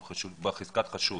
הם בחזקת חשוד.